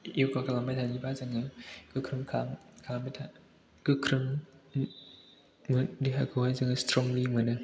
य'गा खालामबाय थायोबा जोङो देहाखौहाय स्ट्रंलि मोनो